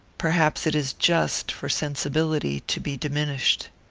perhaps it is just for sensibility to be diminished.